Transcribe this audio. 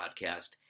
podcast